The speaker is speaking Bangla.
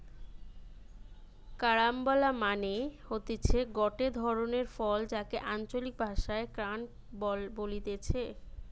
কারাম্বলা মানে হতিছে গটে ধরণের ফল যাকে আঞ্চলিক ভাষায় ক্রাঞ্চ বলতিছে